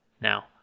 Now